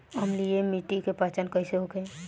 अम्लीय मिट्टी के पहचान कइसे होखे?